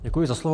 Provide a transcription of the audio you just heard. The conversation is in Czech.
Děkuji za slovo.